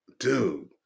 Dude